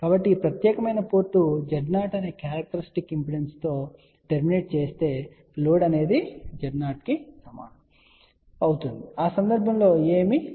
కాబట్టి ఈ ప్రత్యేకమైన పోర్ట్ Z0 అనే క్యారెక్టరిస్టిక్ ఇంపిడెన్స్తో టెర్మినేట్ చేయబడితే లోడ్ Z0 కి సమానం అవుతుంది ఆ సందర్భంలో ఏమీ రిఫ్లెక్ట్ అవ్వదు